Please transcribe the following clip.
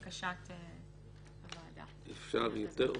במקום "בכלי שיט" יבוא "בכלי שיט ובהצבעת אנשי צוות אוויר".